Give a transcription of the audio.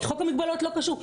שחוק המגבלות לא קשור.